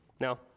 Now